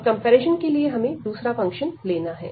अब कंपैरिजन के लिए हमें दूसरा फंक्शन लेना है